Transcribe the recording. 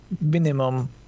minimum